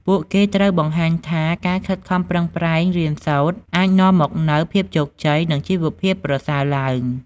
ពួកគេត្រូវបង្ហាញថា ការខិតខំប្រឹងប្រែងរៀនសូត្រអាចនាំមកនូវភាពជោគជ័យ និងជីវភាពប្រសើរឡើង។